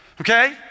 okay